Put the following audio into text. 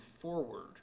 forward